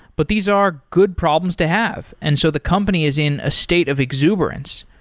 but these are good problems to have, and so the company is in a state of exuberance.